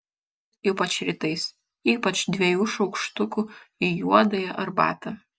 ypač rytais ypač dviejų šaukštukų į juodąją arbatą